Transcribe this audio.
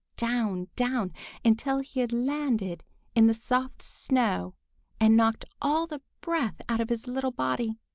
down, down until he had landed in the soft snow and knocked all the breath out of his little body.